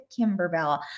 Kimberbell